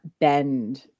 bend